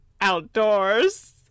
outdoors